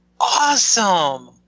awesome